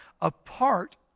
apart